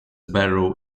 barrow